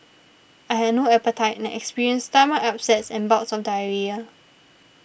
I had no appetite and experienced stomach upsets and bouts of diarrhoea